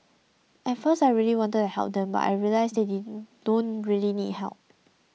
at first I really wanted to help them but I realised that they don't really need help